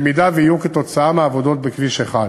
במידה שיהיו, כתוצאה מהעבודות בכביש 1,